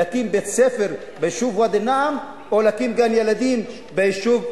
להקים בית-ספר ביישוב ואדי-אל-נעם או להקים גן-ילדים ביישוב